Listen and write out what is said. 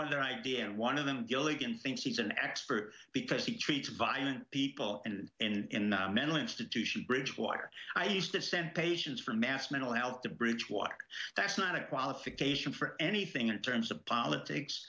other idea and one of an ill again thinks he's an expert because he treats violent people and in mental institution bridgewater i used to send patients from mass mental health to bridge walk that's not a qualification for anything in terms of politics